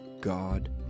God